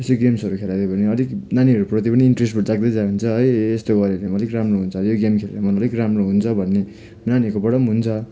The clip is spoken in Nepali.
त्यस्तो गेम्सहरू खेलाइदियो भने अलिक नानीहरूपट्टि पनि इन्ट्रेस्टहरू जाग्दै जान्छ है ए यस्तो गरेँ भने चाहिँ मैले अलिक राम्रो हुन्छ यो गेम खेलेँ भने अलिक राम्रो हुन्छ भन्ने नानीहरूकोबाट पनि हुन्छ